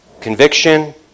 conviction